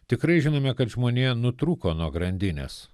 tikrai žinome kad žmonija nutrūko nuo grandinės